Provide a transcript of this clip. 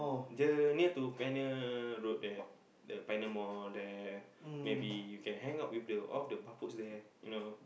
the near to pioneer-road there the pioneer-mall there maybe you can hang out with the all the bapok there you know